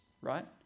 right